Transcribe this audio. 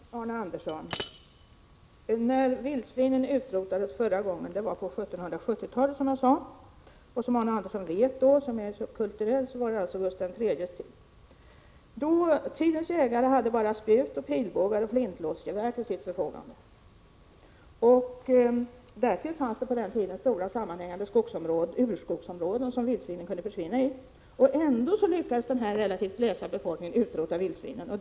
Herr talman! Arne Andersson i Ljung, vildsvinen utrotades förra gången på 1770-talet, som jag sade, och eftersom jag är så kulturell vet jag att det var på Gustav III:s tid. Dåtidens jägare hade bara spjut, pilbågar och flintlåsgevär till sitt förfogande. Dessutom fanns det på den tiden stora sammanhängande urskogsområden som vildsvinen kunde försvinna i. Ändå lyckades den relativt glesa befolkningen utrota vildsvinen.